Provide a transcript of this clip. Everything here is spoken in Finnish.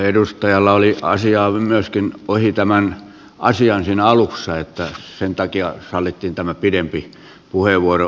edustajalla oli asiaa myöskin ohi tämän asian siinä alussa niin että sen takia sallittiin tämä pidempi puheenvuoro